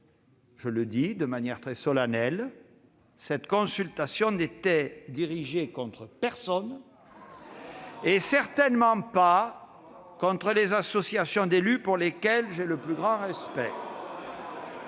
à l'indiquer de manière très solennelle -n'était dirigée contre personne et certainement pas contre les associations d'élus, pour lesquelles j'ai le plus grand respect.